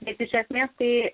nesėkmė tai